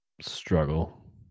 struggle